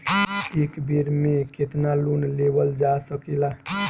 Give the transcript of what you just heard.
एक बेर में केतना लोन लेवल जा सकेला?